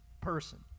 person